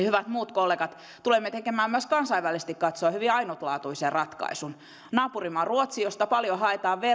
hyvät muut kollegat tulemme tekemään myös kansainvälisesti katsoen hyvin ainutlaatuisen ratkaisun naapurimaa ruotsi josta paljon haetaan